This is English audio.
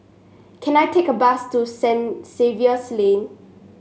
can I take a bus to Saint Xavier's Lane